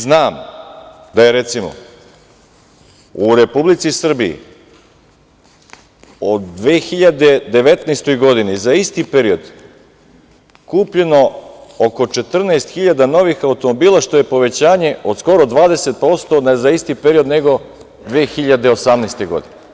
Znam da je, recimo, u Republici Srbiji u 2019. godini za isti period kupljeno oko 14.000 novih automobila, što je povećanje od skoro 20% za isti period nego 2018. godine.